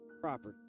property